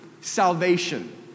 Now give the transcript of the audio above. salvation